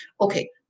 Okay